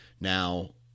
Now